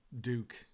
Duke